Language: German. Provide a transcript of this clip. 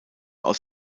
aus